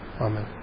Amen